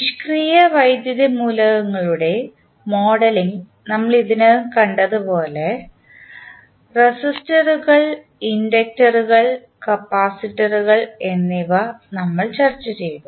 നിഷ്ക്രിയ വൈദ്യുത മൂലകങ്ങളുടെ മോഡലിംഗ് നമ്മൾ ഇതിനകം കണ്ടതുപോലെ റെസിസ്റ്ററുകൾ ഇൻഡക്ടറുകൾ കപ്പാസിറ്ററുകൾ എന്നിവ നമ്മൾ ചർച്ചചെയ്തു